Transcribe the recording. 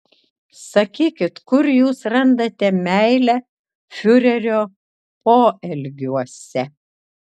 sakykit kur jūs randate meilę fiurerio poelgiuose